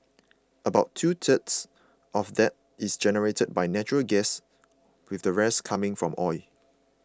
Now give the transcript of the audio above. about two thirds of that is generated by natural gas with the rest coming from oil